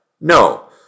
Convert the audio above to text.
No